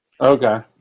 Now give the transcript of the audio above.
Okay